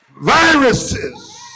Viruses